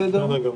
בסדר גמור.